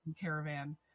caravan